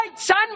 son